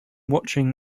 watching